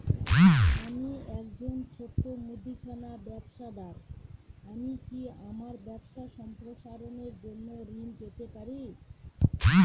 আমি একজন ছোট মুদিখানা ব্যবসাদার আমি কি আমার ব্যবসা সম্প্রসারণের জন্য ঋণ পেতে পারি?